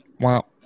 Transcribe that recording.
wow